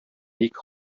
ике